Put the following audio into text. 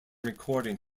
recording